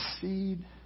seed